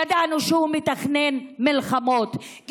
ידענו שהוא מתכנן מלחמות,